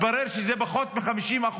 התברר שזה פחות מ-50%.